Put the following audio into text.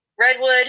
redwood